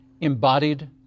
embodied